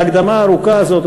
ההקדמה הארוכה הזאת,